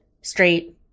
straight